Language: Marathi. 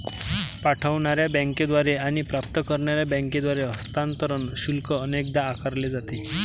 पाठवणार्या बँकेद्वारे आणि प्राप्त करणार्या बँकेद्वारे हस्तांतरण शुल्क अनेकदा आकारले जाते